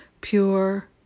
Pure